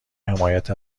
حمایت